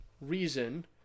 reason